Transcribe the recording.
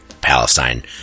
Palestine